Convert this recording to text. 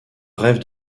rêve